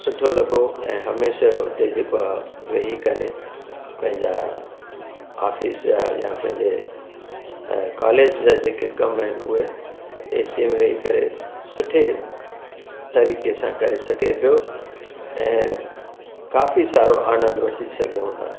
सुठो लॻो ऐं हमेशा हुते जेको आहे वेही करे पंहिंजा ऑफिस जा या पंहिंजे कॉलेज जा जेके कम आहिनि उहे ए सी में वेही करे सुठे तरीके सां करे सघे पियो ऐं काफ़ी सारो आनंद वठी सघूं था